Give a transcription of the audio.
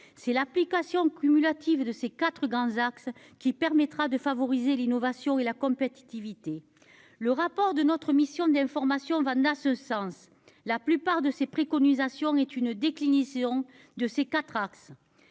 C'est l'application cumulative de ces quatre grands axes qui permettra de favoriser l'innovation et la compétitivité. Le rapport de la mission d'information va dans ce sens. La plupart de ses préconisations sont une déclinaison de ces quatre axes.